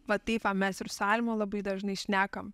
va taip va mes ir su alma labai dažnai šnekam